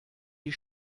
die